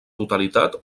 totalitat